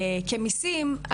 כמיסים,